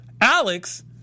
Alex